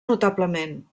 notablement